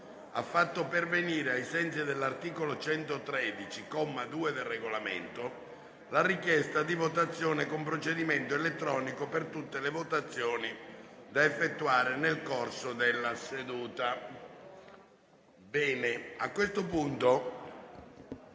ha fatto pervenire, ai sensi dell'articolo 113, comma 2, del Regolamento, la richiesta di votazione con procedimento elettronico per tutte le votazioni da effettuare nel corso della seduta.